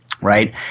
Right